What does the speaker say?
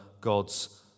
God's